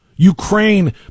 Ukraine